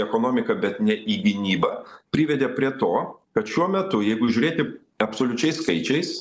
ekonomiką bet ne į gynybą privedė prie to kad šiuo metu jeigu žiūrėti absoliučiais skaičiais